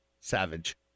savage